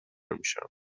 میشن